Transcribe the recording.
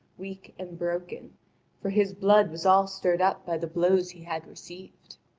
weak, and broken for his blood was all stirred up by the blows he had received.